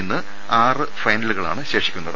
ഇന്ന് ആറു ഫൈന ലുകൾ ആണ് ശേഷിക്കുന്നത്